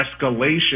escalation